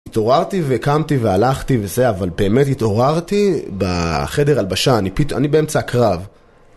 התעוררתי וקמתי והלכתי וזה, אבל באמת התעוררתי בחדר הלבשה, אני באמצע הקרב.